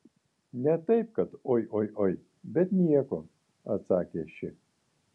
ne taip kad oi oi oi bet nieko atsakė ši